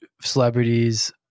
celebrities